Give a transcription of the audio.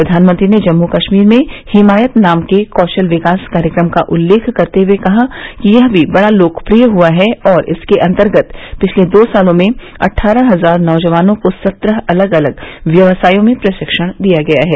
प्रधानमंत्री ने जम्मू कश्मीर में हिमायत नाम के कौशल विकास कार्यक्रम का उल्लेख करते हुए कहा कि यह भी बड़ा लोकप्रिय हुआ है और इसके अंतर्गत पिछले दो सालों में अट्ठारह हजार नौजवानों को सत्रह अलग अलग व्यवसायों में प्रशिक्षण दिया गया है